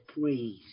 praise